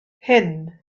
hyn